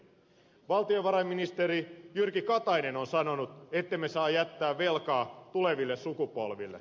valtiovarainministeri jyrki katainen on sanonut ettemme saa jättää velkaa tuleville sukupolville